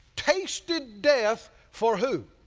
tasted, death for, who?